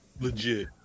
Legit